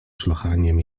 szlochaniem